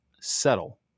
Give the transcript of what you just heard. settle